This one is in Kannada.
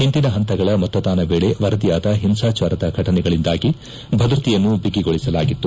ಹಿಂದಿನ ಹಂತಗಳ ಮತದಾನ ವೇಳೆ ವರದಿಯಾದ ಹಿಂಸಾಚಾರದ ಘಟನೆಗಳಿಂದಾಗಿ ಭದ್ರತೆಯನ್ನು ಬಿಗೊಳಿಸಲಾಗಿತ್ತು